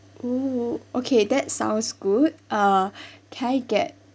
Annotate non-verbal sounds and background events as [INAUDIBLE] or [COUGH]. oh okay that sounds good uh [BREATH] can I get